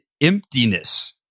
emptiness